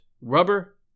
rubber